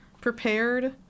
prepared